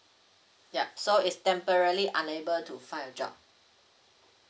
yup so is temporarily unable to find a job